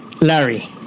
Larry